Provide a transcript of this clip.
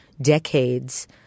decades